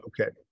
Okay